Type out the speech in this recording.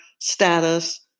status